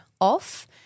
off